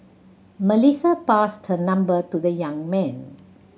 Melissa passed her number to the young man